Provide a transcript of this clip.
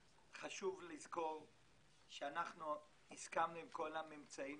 עצמכם, כאשר מן הסתם